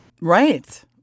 Right